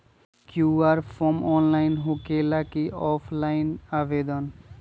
QR form online होकेला कि offline आवेदन?